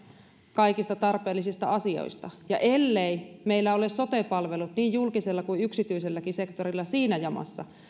kaikista tarpeellisista asioista ja ellei meillä ole sote palvelut niin julkisella kuin yksityiselläkin sektorilla siinä jamassa